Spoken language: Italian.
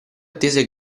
attese